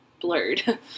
blurred